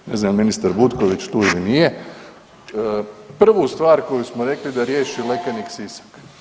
Ne znam jel ministar Butković tu ili nije, prvu stvar koju smo rekli da riješi Lekenik Sisak.